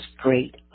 great